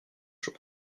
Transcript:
jour